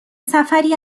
سفری